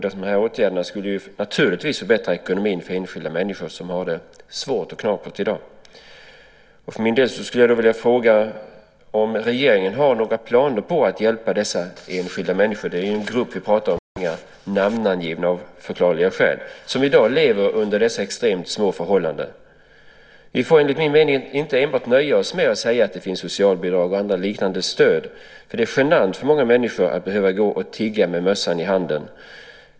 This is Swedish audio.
Dessa åtgärder skulle naturligtvis förbättra ekonomin för enskilda människor som har det svårt i dag. Jag skulle vilja fråga om regeringen har några planer på att hjälpa dessa enskilda människor. Det är ju en grupp som vi talar om, inte några namngivna av förklarliga skäl. De lever i dag under dessa extremt små förhållanden. Vi får enligt min mening inte nöja oss med att enbart säga att det finns socialbidrag och andra liknande stöd eftersom det är genant för många människor att behöva gå och tigga med mössan i hand.